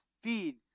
feed